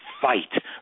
fight